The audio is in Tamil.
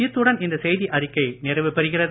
இத்துடன் இந்த செய்தி அறிக்கை நிறைவு பெறுகிறது